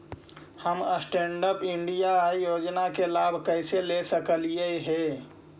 हम stand up India योजना के लाभ कइसे ले सकलिअई हे